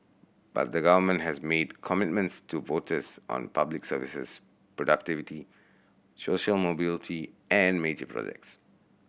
but the government has made commitments to voters on public services productivity social mobility and major projects